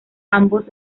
ambos